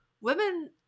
women